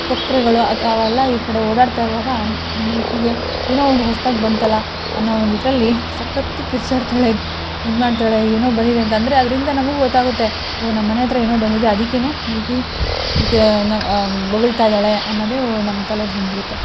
ಕೊಕ್ಕರೆಗಳು ಆ ತ್ ಅವೆಲ್ಲ ಈ ಕಡೆ ಓಡಾಡ್ತಾ ಇರುವಾಗ ಈ ಮಿಲ್ಕಿಗೆ ಏನೋ ಒಂದು ಹೊಸ್ದಾಗಿ ಬಂತಲ್ಲ ಅನ್ನೋ ಒಂದು ಇದರಲ್ಲಿ ಸಕ್ಕತ್ತು ಕಿರುಚಾಡ್ತಾಳೆ ಇದುಮಾಡ್ತಾಳೆ ಏನೋ ಬಂದಿದೆ ಅಂತ ಅಂದರೆ ಅದರಿಂದ ನಮಗೂ ಗೊತ್ತಾಗುತ್ತೆ ಓ ನಮ್ಮ ಮನೆ ಹತ್ರ ಏನೋ ಬಂದಿದೆ ಅದಕ್ಕೇ ಮಿಲ್ಕಿ ಮತ್ತು ನ ಬೊಗಳ್ತಾ ಇದ್ದಾಳೆ ಅನ್ನೋದು ನಮ್ಮ ತಲೆಗೆ ಬಂದುಬಿಡುತ್ತೆ